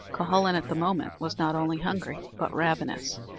cuhullin at the moment was not only hungry, but ravenous,